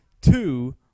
two